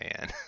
man